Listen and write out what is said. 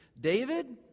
David